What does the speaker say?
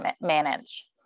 manage